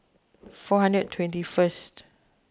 four hundred twenty first